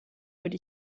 würde